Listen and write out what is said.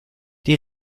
die